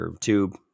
tube